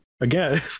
again